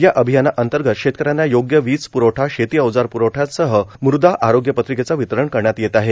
या अभियाना अंतर्गत शेतकऱ्यांना योग्य वीज प्रवठा शेती अवजार प्रवठयासह मृदा आरोग्य पत्रिकेच वितरण करण्यात येत आहे